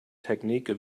technique